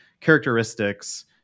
characteristics